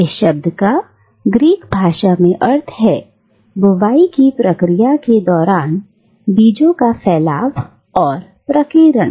इस शब्द का ग्रीक भाषा में अर्थ है बुवाई की प्रक्रिया के दौरान बीजों का फैलाव और प्रकीर्णन